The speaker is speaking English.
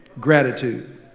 Gratitude